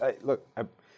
Look